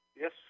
Yes